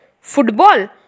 football